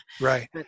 Right